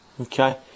Okay